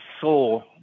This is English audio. saw